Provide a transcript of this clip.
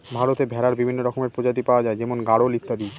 ভারতে ভেড়ার বিভিন্ন রকমের প্রজাতি পাওয়া যায় যেমন গাড়োল ইত্যাদি